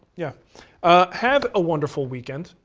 yeah ah have a wonderful weekend,